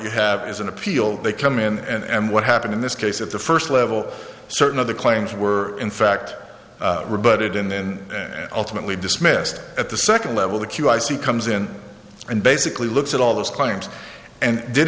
you have is an appeal they come in and what happened in this case at the first level certain of the claims were in fact rebutted and then ultimately dismissed at the second level the cue i see comes in and basically looks at all those claims and did